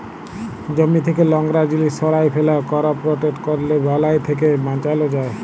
জমি থ্যাকে লংরা জিলিস সঁরায় ফেলা, করপ রটেট ক্যরলে বালাই থ্যাকে বাঁচালো যায়